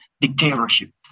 dictatorship